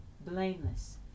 blameless